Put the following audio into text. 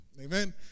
Amen